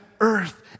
earth